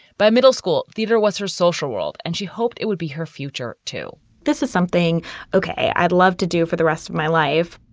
by middle school, theater was her social world, and she hoped it would be her future, too this is something i'd love to do for the rest of my life.